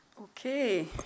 Okay